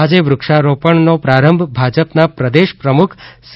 આજે વૃક્ષારોપણનો પ્રારંભ ભાજપના પ્રદેશ પ્રમુખ સી